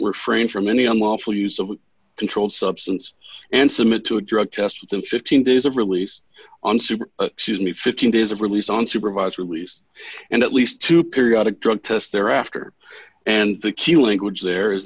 refrain from any unlawful use of a controlled substance and submit to a drug test in fifteen days of release on super she's only fifteen days of release on supervised release and at least two periodic drug tests thereafter and the key language there is